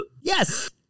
Yes